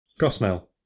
Gosnell